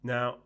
Now